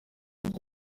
nuko